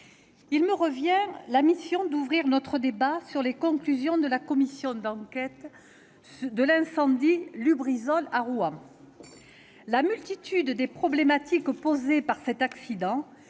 il me revient la mission d'ouvrir notre débat sur les conclusions de la commission d'enquête sur l'incendie de l'usine Lubrizol à Rouen. La multitude des problématiques posées par cet accident